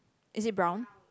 is it brown